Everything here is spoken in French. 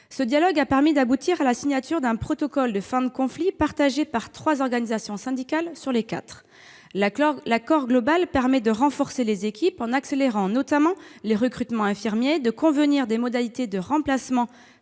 Ce dialogue a permis d'aboutir à la signature d'un protocole de fin de conflit, approuvé par trois organisations syndicales sur quatre. L'accord global permet de renforcer les équipes, en accélérant notamment les recrutements infirmiers, de convenir des modalités de remplacement